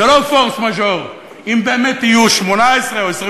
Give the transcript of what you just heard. זה לא פורס מז'ור אם באמת יהיו 18 או 22